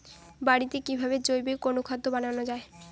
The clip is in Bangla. বাড়িতে কিভাবে জৈবিক অনুখাদ্য বানানো যায়?